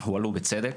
הועלו בצדק.